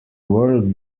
world